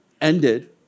ended